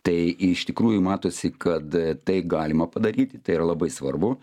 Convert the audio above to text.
tai iš tikrųjų matosi kad tai galima padaryti tai yra labai svarbu